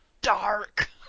dark